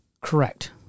Correct